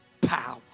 power